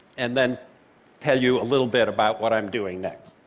and then tell you a little bit about what i'm doing next.